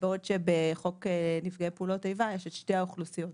בעוד שבחוק נפגעי פעולות איבה יש את שתי האוכלוסיות,